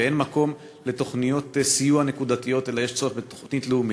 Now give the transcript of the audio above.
ואין מקום לתוכניות סיוע נקודתיות אלא יש צורך בתוכנית לאומית.